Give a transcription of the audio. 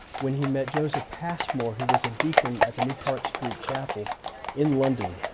when he met joseph passmore, who was a deacon at the new park street chapel in london.